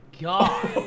God